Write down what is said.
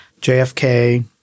JFK